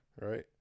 Right